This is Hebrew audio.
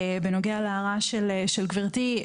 בנוגע להערה של גברתי,